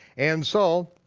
and so,